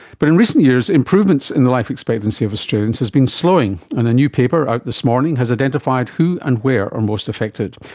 but in recent years, improvements in the life expectancy of australians has been slowing, and a new paper out this morning has identified who and where are most affected.